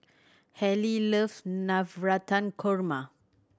Hali love Navratan Korma